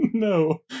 No